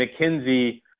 McKinsey